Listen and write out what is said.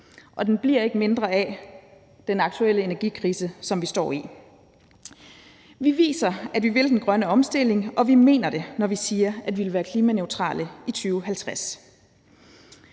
og den bliver ikke mindre af den aktuelle energikrise, som vi står i. Vi viser, at vi vil den grønne omstilling, og at vi mener det, når vi siger, at vi vil være klimaneutrale i 2050.